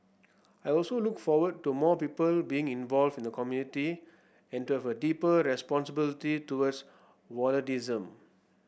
I also look forward to more people being involved in the community and to have a deeper responsibility towards volunteerism